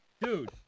Dude